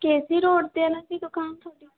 ਕੇ C road 'ਤੇ ਹੈ ਨਾ ਜੀ ਦੁਕਾਨ ਤੁਹਾਡੀ